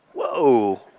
Whoa